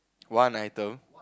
one item